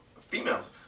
Females